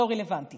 רציתי